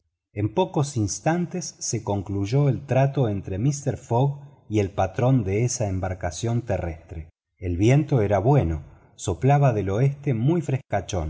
en pocos instantes se concluyó el trato entre mister fogg y el patrón de esa embarcación terrestre el viento era bueno soplaba del oeste muy